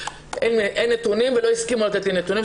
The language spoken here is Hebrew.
אין נתונים ולא הסכים לתת לי נתונים.